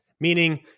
meaning